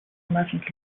merchant